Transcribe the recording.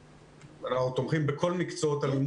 אנחנו תומכים בכל מקצועות הלימוד